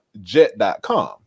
Jet.com